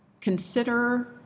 consider